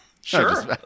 sure